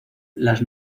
las